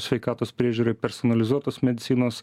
sveikatos priežiūroj personalizuotos medicinos